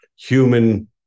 human